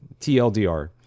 TLDR